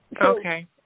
Okay